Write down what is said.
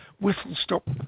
whistle-stop